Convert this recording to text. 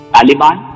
Taliban